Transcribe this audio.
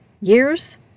years